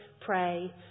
pray